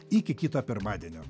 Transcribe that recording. iki kito pirmadienio